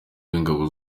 w’ingabo